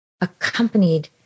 accompanied